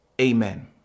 Amen